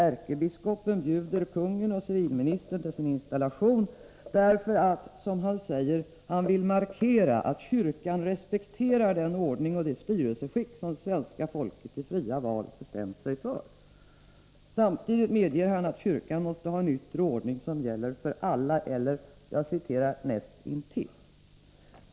Ärkebiskopen bjuder kungen och civilministern till sin installation för att, som han säger, markera att kyrkan respekterar den ordning och det styrelseskick som svenska folket i fria val bestämt sig för. Samtidigt medger han att kyrkan måste ha en yttre ordning som gäller för alla — eller ”näst intill” alla.